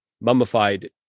mummified